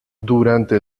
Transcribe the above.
durante